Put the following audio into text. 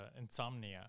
insomnia